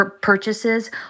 purchases